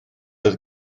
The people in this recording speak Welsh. oedd